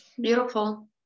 beautiful